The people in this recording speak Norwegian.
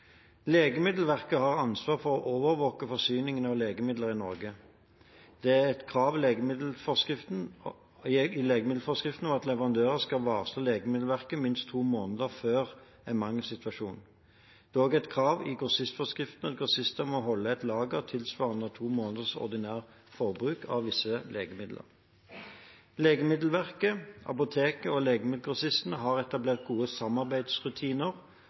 Legemiddelverket har ansvar for å overvåke forsyningen av legemidler i Norge. Det er et krav i legemiddelforskriften om at leverandører skal varsle Legemiddelverket minst to måneder før en mangelsituasjon. Det er også et krav i grossistforskriften at grossistene må holde et lager tilsvarende to måneders ordinært forbruk av visse legemidler. Legemiddelverket, apotekene og legemiddelgrossistene har etablert gode samarbeidsrutiner